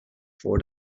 for